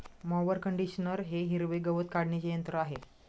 mower conditioner हे हिरवे गवत काढणीचे यंत्र आहे